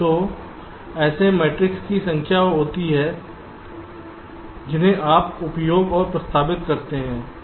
तो ऐसे मैट्रिक्स की संख्या होती है जिन्हें आप उपयोग और प्रस्तावित करते हैं